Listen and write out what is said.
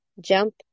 jump